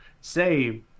say